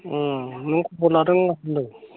नों खबर लादों हामदों